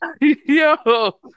Yo